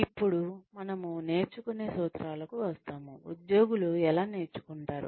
ఇప్పుడు మనము నేర్చుకునే సూత్రాలకు వస్తాము ఉద్యోగులు ఎలా నేర్చుకుంటారు